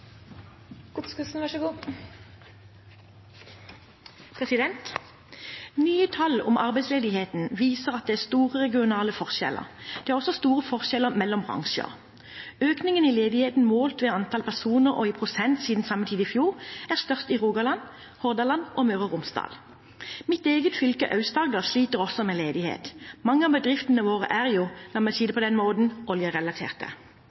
store regionale forskjeller. Det er også store forskjeller mellom bransjer. Økningen i ledigheten målt ved antall personer og i prosent siden samme tid i fjor er størst i Rogaland, Hordaland og Møre og Romsdal. Mitt eget fylke, Aust-Agder, sliter også med ledighet. Mange av bedriftene våre er jo – la meg si det på den måten – oljerelaterte.